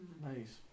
Nice